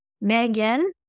Megan